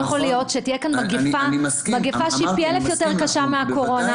לא יכול להיות שתהיה כאן מגיפה שהיא פי אלף יותר קשה מהקורונה,